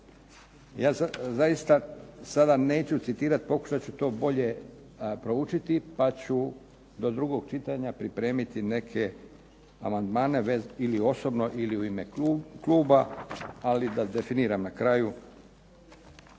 Ja zaista sada neću citirati, pokušat ću to bolje proučiti pa ću do drugog čitanja pripremiti neke amandmane ili osobno ili u ime kluba. Ali da definiram na kraju.